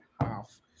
half